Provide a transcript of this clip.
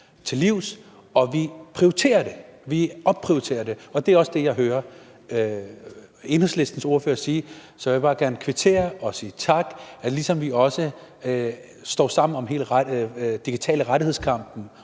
til livs, og at vi prioriterer det, at vi opprioriterer det, og det er også det, jeg hører Enhedslistens ordfører sige. Så jeg vil bare gerne kvittere og sige tak. Ligesom vi også står sammen i hele kampen for digitale rettigheder, kampen